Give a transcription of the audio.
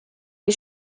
les